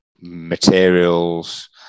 materials